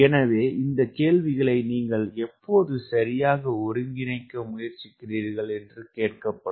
எனவே இந்த கேள்விகளை நீங்கள் எப்போது சரியாக ஒருங்கிணைக்க முயற்சிக்கிறீர்கள் என்று கேட்கப்படும்